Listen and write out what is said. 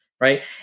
right